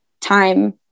time